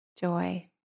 joy